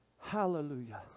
hallelujah